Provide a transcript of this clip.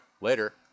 Later